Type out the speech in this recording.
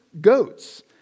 goats